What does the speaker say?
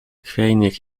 chwiejnych